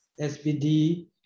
SPD